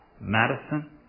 Madison